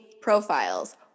profiles